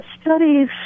studies